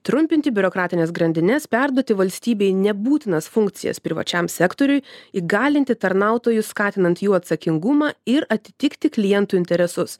trumpinti biurokratines grandines perduoti valstybei nebūtinas funkcijas privačiam sektoriui įgalinti tarnautojus skatinant jų atsakingumą ir atitikti klientų interesus